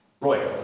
Roy